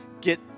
get